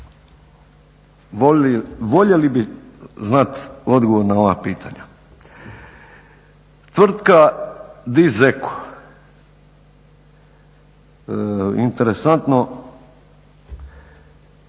Voljeli bi znati odgovore na ova pitanja. Tvrtka DIZ-EKO interesantno,